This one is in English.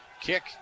kick